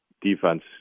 defense